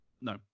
No